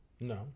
No